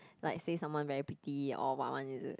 like say someone very pretty or what one is it